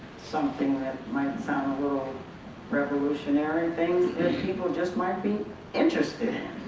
something that might sound a little revolutionary things that people just might be interested in.